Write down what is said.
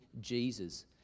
jesus